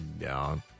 No